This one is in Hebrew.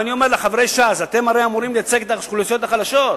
ואני אומר לחברי ש"ס: אתם הרי אמורים לייצג את האוכלוסיות החלשות,